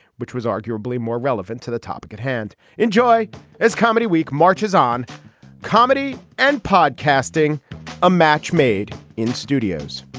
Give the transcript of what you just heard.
which was arguably more relevant to the topic at hand. enjoy as comedy week marches on comedy and podcasting a match made in studios